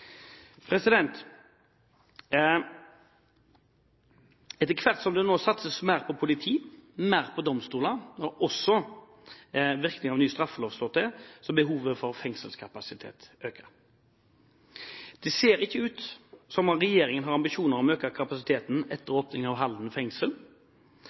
Etter hvert som det nå satses mer på politi, mer på domstoler og virkningen av ny straffelov slår til, vil behovet for fengselskapasitet øke. Det ser ikke ut som om regjeringen har ambisjoner om å øke kapasiteten etter